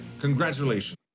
Congratulations